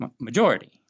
majority